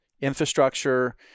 Infrastructure